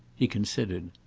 he considered.